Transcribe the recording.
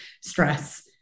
stress